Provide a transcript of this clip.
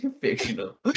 Fictional